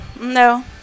No